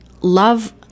love